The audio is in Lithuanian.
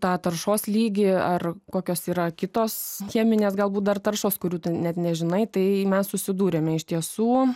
tą taršos lygį ar kokios yra kitos cheminės galbūt dar taršos kurių tu net nežinai tai mes susidūrėme iš tiesų